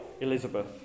Elizabeth